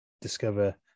discover